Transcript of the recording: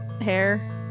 hair